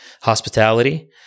hospitality